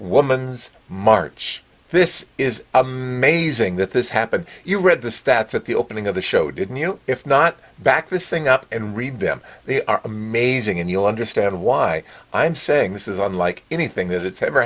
woman's march this is amazing that this happened you read the stats at the opening of the show didn't you if not back this thing up and read them they are amazing and you'll understand why i'm saying this is unlike anything that it's ever